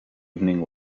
evening